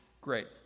Great